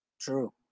True